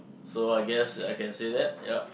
so I guess I can say that yup